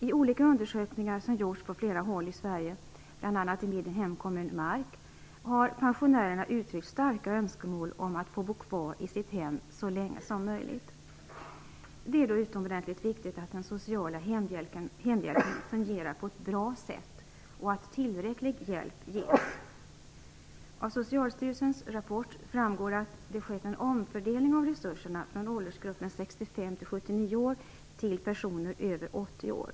I olika undersökningar som gjorts på flera håll i Sverige, bl.a. i min hemkommun Mark, har pensionärerna uttryckt starka önskemål om att få bo kvar i sitt hem så länge som möjligt. Det är då utomordentligt viktigt att den sociala hemhjälpen fungerar på ett bra sätt och att tillräcklig hjälp ges. 79 år till personer över 80 år.